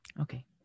Okay